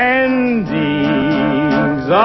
endings